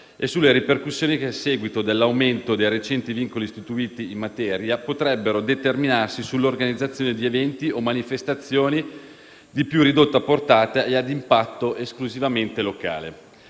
e sulle ripercussioni che, a seguito dell'aumento dei recenti vincoli istituiti in materia, potrebbero determinarsi sull'organizzazione di eventi o manifestazioni di più ridotta portata e a impatto esclusivamente locale.